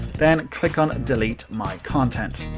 then click on delete my content.